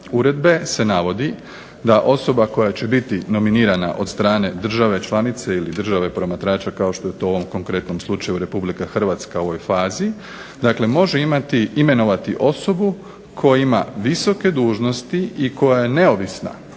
uredbe se navodi, da osoba koja je biti nominirana od strane države članice ili države promatrača kao što je to u ovom konkretnom slučaju RH u ovoj fazi, dakle može imenovati osobu koja ima visoke dužnosti i koja je neovisna,